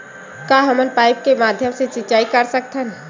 का हमन पाइप के माध्यम से सिंचाई कर सकथन?